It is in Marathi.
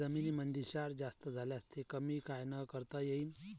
जमीनीमंदी क्षार जास्त झाल्यास ते कमी कायनं करता येईन?